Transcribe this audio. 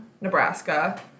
Nebraska